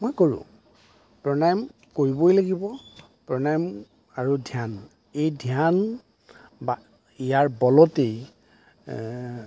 মই কৰোঁ প্ৰাণায়াম কৰিবই লাগিব প্ৰাণায়াম আৰু ধ্যান এই ধ্যান বা ইয়াৰ বলতেই